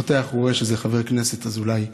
הוא פותח, הוא רואה שזה חבר הכנסת אזולאי.